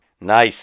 Nice